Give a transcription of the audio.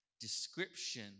description